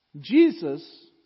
Jesus